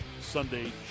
Sunday